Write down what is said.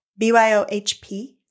BYOHP